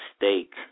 mistake